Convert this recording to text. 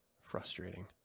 frustrating